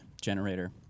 generator